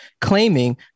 claiming